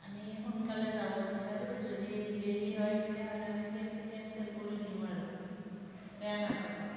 আমি সোনকালে যাব বিচাৰোঁ যদি দেৰি হয় তেতিয়াহ'লে আমি কেবটো কেঞ্চেল কৰি দিওঁ আৰু বেয়া নাপাব